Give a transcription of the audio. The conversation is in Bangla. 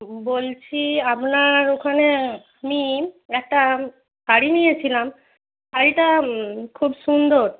বলছি আপনার ওখানে আমি একটা শাড়ি নিয়েছিলাম শাড়িটা খুব সুন্দর